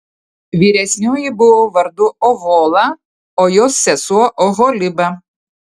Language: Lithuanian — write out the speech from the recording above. vyresnioji buvo vardu ohola ir jos sesuo oholiba